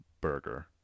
burger